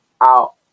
out